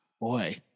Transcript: Boy